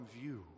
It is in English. view